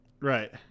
right